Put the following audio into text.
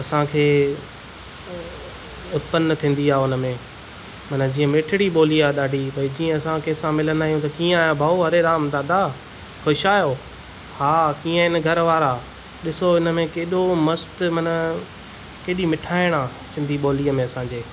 असांखे उत्पन्न थींदी आहे उनमें माना जीअं मिठिड़ी ॿोली आहे ॾाढी भई कीअं असां कंहिंसां मिलंदा आहियूं ईअं आहे भाऊ हरे राम दादा ख़ुशि आहियो हा कीअं आहिनि घर वारा ॾिसो इनमें केॾो मस्तु माना कहिॾी मिठाइण आहे सिंधी ॿोलीअ में असांजे